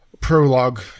prologue